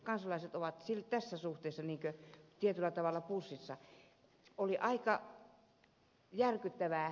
kansalaiset ovat tässä suhteessa tietyllä tavalla pussissa